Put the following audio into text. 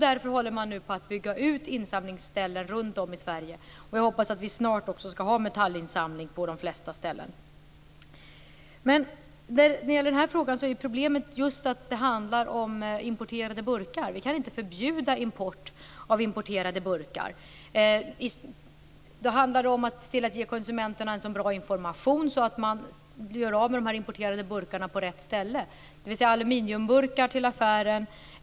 Därför bygger man nu ut insamlingsställen runt om i Sverige. Jag hoppas att vi snart har metallinsamling på flertalet ställen. Problemet i detta sammanhang är att det just handlar om importerade burkar. Vi kan inte förbjuda importerade burkar. Därför handlar det om att ge konsumenterna så bra information att de gör sig av med de importerade burkarna på rätt ställe, dvs. att aluminiumburkar lämnas i en affär.